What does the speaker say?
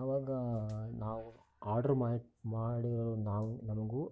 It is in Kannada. ಆವಾಗ ನಾವು ಆರ್ಡ್ರ್ ಮಾಡಿರೋರು ನಾವು ನಮಗೂ